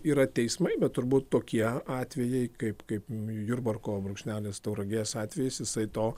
yra teismai bet turbūt tokie atvejai kaip kaip jurbarko brūkšnelis tauragės atvejis jisai to